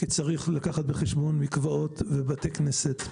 כי צריך לקחת בחשבון מקוואות ובתי כנסת,